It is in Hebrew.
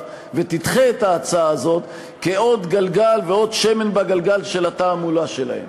ותדחה את ההצעה הזאת כעוד גלגל ועוד שמן בגלגל של התעמולה שלהם.